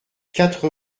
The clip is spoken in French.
quatre